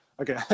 Okay